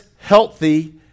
healthy